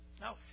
No